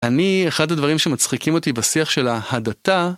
אני אחד הדברים שמצחיקים אותי בשיח של ההדתה